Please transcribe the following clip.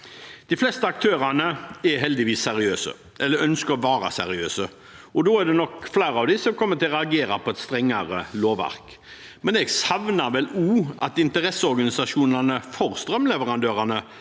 De fleste aktørene er heldigvis seriøse – eller ønsker å være seriøse. Da er det nok flere av dem som kommer til å reagere på et strengere lovverk. Men jeg savner at interesseorganisasjonene for strømleverandørene